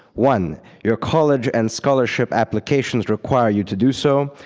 one, your college and scholarship applications require you to do so.